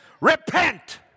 Repent